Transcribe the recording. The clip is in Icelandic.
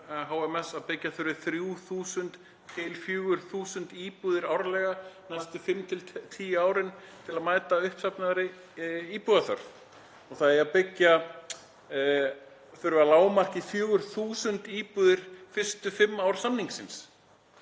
HMS að byggja þurfi 3.000−4.000 íbúðir árlega næstu 5−10 árin til að mæta uppsafnaðri íbúðaþörf …“ og það eigi að byggja — þurfi að lágmarki 4.000 íbúðir fyrstu fimm ár samningsins,